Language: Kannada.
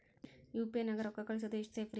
ಯು.ಪಿ.ಐ ನ್ಯಾಗ ರೊಕ್ಕ ಕಳಿಸೋದು ಎಷ್ಟ ಸೇಫ್ ರೇ?